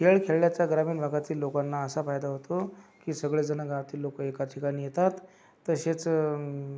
खेळ खेळल्याचा ग्रामीण भागातील लोकांना असा फायदा होतो की सगळेजण गावातील लोक एकाच ठिकाणी येतात तसेच